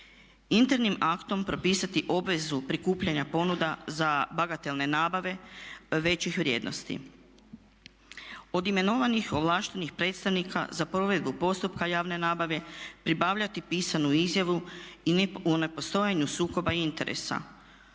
Internim aktom propisati obvezu prikupljanja ponuda za bagatelne nabave većih vrijednosti. Od imenovanih ovlaštenih predstavnika za provedbu postupka javne nabave pribavljati pisanu izjavu o nepostojanju sukoba interesa.